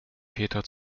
peter